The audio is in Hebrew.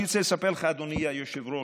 אני רוצה לספר לך, אדוני היושב-ראש: